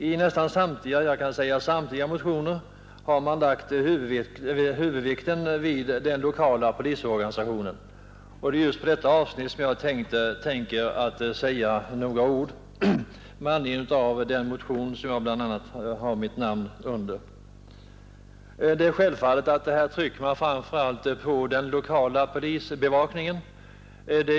I nästan samtliga motioner har huvudvikten lagts vid den lokala polisorganisationen, och det är just på detta avsnitt som jag tänker säga några ord med anledning av den motion som bland andra jag har skrivit under. Det är självklart att man framför allt trycker på den lokala polisbevakningen.